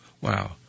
wow